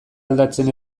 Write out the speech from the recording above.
aldatzen